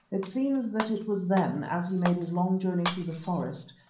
it seems that it was then, as he made his long journey through the forest,